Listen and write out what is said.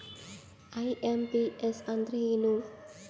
IMPS ಅಂದ್ರ ಏನು?